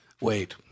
Wait